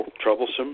troublesome